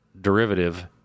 derivative